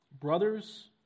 brothers